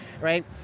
right